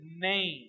name